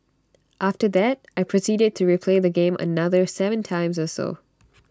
after that I proceeded to replay the game another Seven times or so